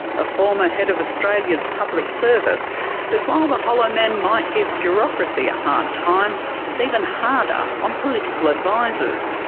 a former head of australia's public service says while the hollowmen might give bureaucracy a hard time, it's even harder on political advisors.